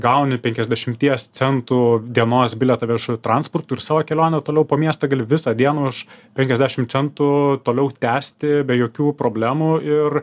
gauni penkiasdešimties centų dienos bilietą viešuoju transportu ir savo kelionę toliau po miestą gali visą dieną už penkiasdešim centų toliau tęsti be jokių problemų ir